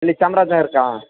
ಎಲ್ಲಿ ಚಾಮ್ರಾಜ ನಗರಕ್ಕಾ